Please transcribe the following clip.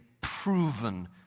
proven